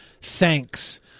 Thanks